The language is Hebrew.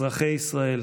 אזרחי ישראל.